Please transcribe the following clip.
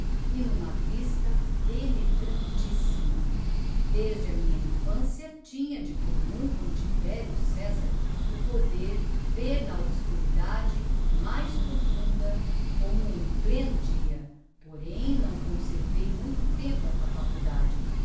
e n'uma vista penetrantissima desde a minha infancia tinha de commum com tiberio cesar o poder vêr na obscuridade mais profunda como em pleno dia porém não conservei muito tempo esta faculdade